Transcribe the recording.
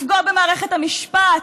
לפגוע במערכת המשפט,